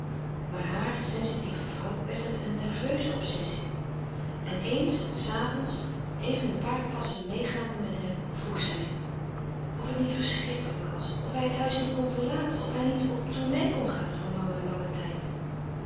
maar haar sensitieve vrouw werd het een nerveuze obsessie en eens s avonds even een paar passen meêgaande met hem vroeg zij hem of het niet verschrikkelijk was of hij het huis niet kon verlaten of hij niet op tournée kon gaan voor langen langen tijd